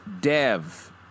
Dev